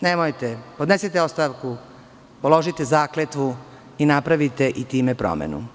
Nemojte, podnesite ostavku, položite zakletvu i napravite i time promenu.